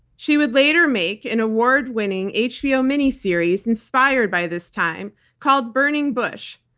she would later make an award winning hbo miniseries inspired by this time called burning bush,